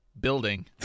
building